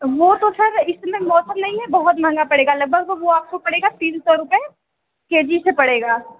वह तो सर इस समय मौसम नहीं हैं बहुत महँगा पड़ेगा लगभग वह आपको पड़ेगा तीन सौ रुपये के जी से पड़ेगा